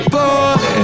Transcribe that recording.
boy